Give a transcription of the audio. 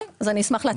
אני אשמח להציג.